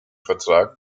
vertrag